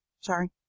Sorry